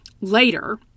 later